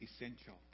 essential